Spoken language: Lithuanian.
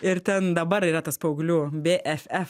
ir ten dabar yra tas paauglių bff